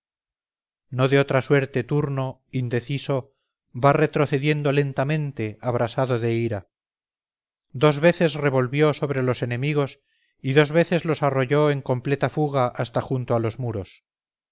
no de otra suerte turno indeciso va retrocediendo lentamente abrasado de ira dos veces revolvió sobre los enemigos y dos veces los arrolló en completa fuga hasta junto a los muros